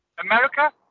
America